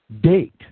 Date